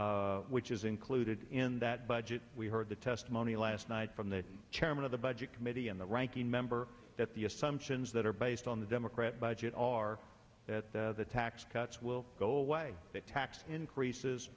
dollars which is included in that budget we heard the testimony last night from the chairman of the budget committee and the ranking member that the assumptions that are based on the democrat budget are that the the tax cuts will go away the tax increases